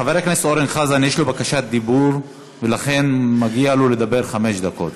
לחבר הכנסת אורן חזן יש בקשת דיבור ולכן מגיע לו לדבר חמש דקות.